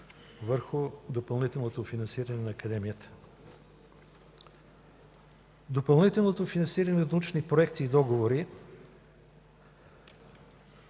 върху допълнителното финансиране на Академията. Допълнително финансиране от научни проекти и договори.